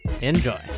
enjoy